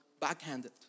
backhanded